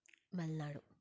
Malenadu